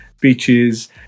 beaches